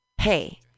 Hey